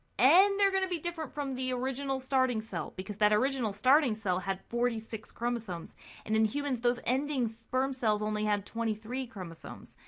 and they're going to be different from the original starting cell. because that original starting cell had forty six chromosomes and in humans, those ending sperm cells only have twenty three chromosomes.